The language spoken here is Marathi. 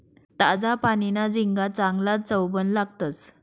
ताजा पानीना झिंगा चांगलाज चवबन लागतंस